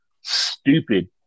stupid